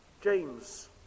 James